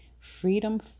Freedom